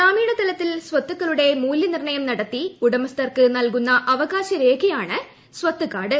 ഗ്രാമീണതലത്തിൽ സ്വത്തുക്കളുളട മൂല്യനിർണയം നടത്തി ഉടമസ്ഥർക്കു നൽകുന്ന അവകാശരേഖ്യാണ് സ്ത് കാർഡ്